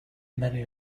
many